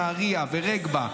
נהריה ורגבה,